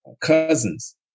cousins